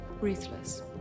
ruthless